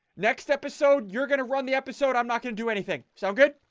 next episode you're going to run the episode. i'm not going to do anything so good